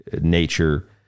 nature